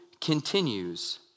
continues